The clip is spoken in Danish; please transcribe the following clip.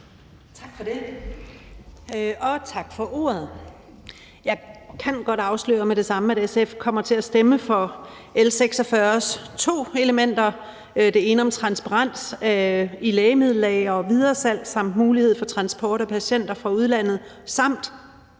Tak for det, og tak for ordet. Jeg kan godt afsløre med det samme, at SF kommer til at stemme for L 46's to elementer. Det ene handler om transparens i lægemiddellagre og videresalg samt mulighed for transport af patienter fra udlandet, og